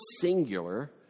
singular